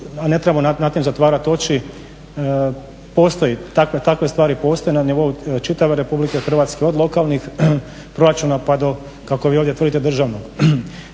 ne trebamo nad tim zatvarati oči, takve stvari postoje na nivou čitave RH, od lokalnih proračuna pa do, kako vi ovdje tvrdite, državnog